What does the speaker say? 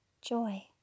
joy